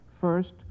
First